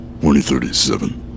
2037